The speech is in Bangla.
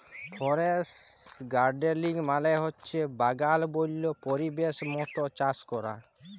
ফরেস্ট গাড়েলিং মালে হছে বাগাল বল্য পরিবেশের মত চাষ ক্যরা